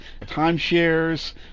timeshares